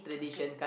okay